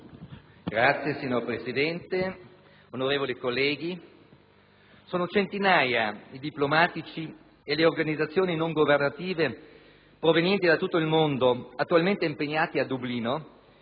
Signor Presidente, onorevoli colleghi, sono centinaia i diplomatici e le organizzazioni non governative provenienti da tutto il mondo attualmente impegnati a Dublino